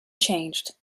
changed